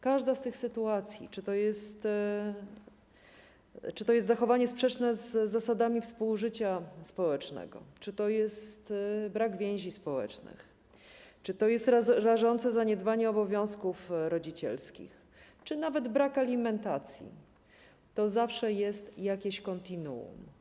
Każda z tych sytuacji, czy to jest zachowanie sprzeczne z zasadami współżycia społecznego, czy to jest brak więzi społecznych, czy to jest rażące zaniedbanie obowiązków rodzicielskich, czy nawet brak alimentacji - to zawsze jest jakieś kontinuum.